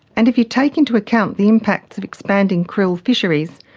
and if you take into account the impacts of expanding krill fisheries,